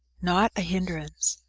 not a hindrance.